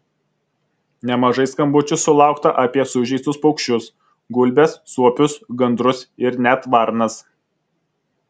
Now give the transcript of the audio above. nemažai skambučių sulaukta apie sužeistus paukščius gulbes suopius gandrus ir net varnas